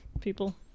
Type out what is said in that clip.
people